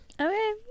okay